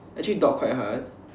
actually dog quite hard